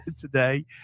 today